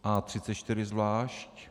A34 zvlášť.